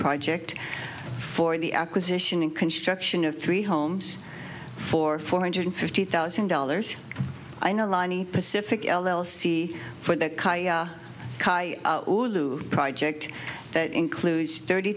project for the acquisition and construction of three homes for four hundred fifty thousand dollars i know lani pacific l l c for the project that includes thirty